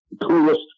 coolest